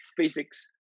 physics